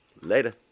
Later